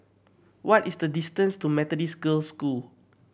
what is the distance to Methodist Girls' School